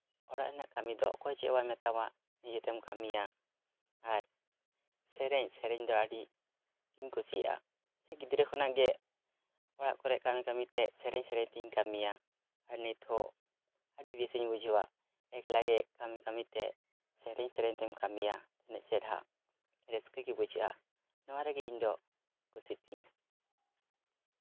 ᱚᱲᱟᱜ ᱨᱮᱱᱟᱜ ᱠᱟᱹᱢᱤ ᱫᱚ ᱚᱠᱚᱭ ᱪᱮᱫ ᱦᱚᱸ ᱵᱟᱭ ᱢᱮᱛᱟᱢᱟ ᱱᱤᱡᱮᱛᱮᱢ ᱠᱟᱹᱢᱤᱭᱟ ᱟᱨ ᱥᱮᱨᱮᱧ ᱥᱮᱨᱮᱧ ᱫᱚ ᱟᱹᱰᱤ ᱤᱧ ᱠᱩᱥᱤᱭᱟᱜᱼᱟ ᱥᱮ ᱜᱤᱫᱽᱨᱟᱹ ᱠᱷᱚᱱᱟᱜ ᱜᱮ ᱚᱲᱟᱜ ᱠᱚᱨᱮᱜ ᱠᱟᱹᱢᱤ ᱠᱟᱹᱢᱤᱛᱮ ᱥᱮᱨᱮᱧ ᱥᱮᱨᱮᱧ ᱛᱤᱧ ᱠᱟᱹᱢᱤᱭᱟ ᱟᱨ ᱱᱤᱛ ᱦᱚᱸ ᱟᱹᱰᱤ ᱵᱮᱥ ᱤᱧ ᱵᱩᱡᱷᱟᱹᱣᱟ ᱮᱠᱞᱟ ᱜᱮ ᱠᱟᱹᱢᱤ ᱠᱟᱹᱢᱤᱛᱮ ᱥᱮᱨᱮᱧ ᱥᱮᱨᱮᱧ ᱛᱮᱢ ᱠᱟᱹᱢᱤᱭᱟ ᱛᱤᱱᱟᱹᱜ ᱪᱮᱦᱨᱟ ᱨᱟᱹᱥᱠᱟᱹ ᱜᱮ ᱵᱩᱡᱷᱟᱹᱜᱼᱟ ᱱᱚᱣᱟ ᱨᱮᱜᱮ ᱤᱧ ᱫᱚ ᱠᱩᱥᱤ ᱛᱤᱧ